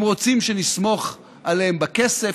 הם רוצים שנסמוך עליהם בכסף,